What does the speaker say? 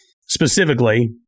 specifically